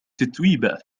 تتويبا